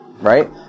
right